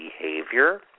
behavior